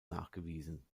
nachgewiesen